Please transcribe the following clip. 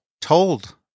told